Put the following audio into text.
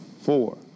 four